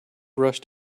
rushed